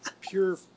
pure